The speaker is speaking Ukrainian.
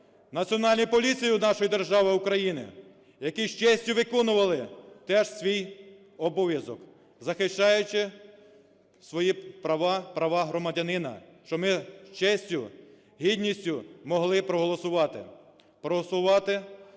Національній поліції нашої держави України, які з честю виконували теж свій обов'язок, захищаючи свої права, права громадянина, що ми з честю, гідністю могли проголосувати,